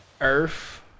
Earth